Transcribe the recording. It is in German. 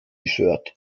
shirt